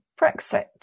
Brexit